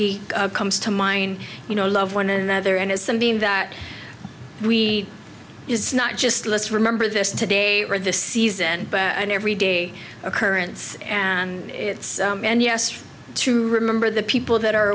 could comes to mind you know love one another and it's something that we it's not just let's remember this today or this season and every day occurrence and it's and yes to remember the people that are